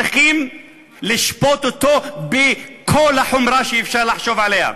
צריכים לשפוט אותו בכל החומרה שאפשר לחשוב עליה.